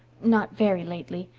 not very lately,